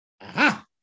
Aha